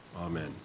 Amen